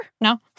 No